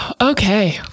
Okay